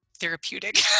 therapeutic